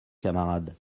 camarade